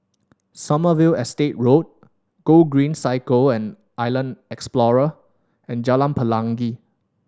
Sommerville Estate Road Gogreen Cycle and Island Explorer and Jalan Pelangi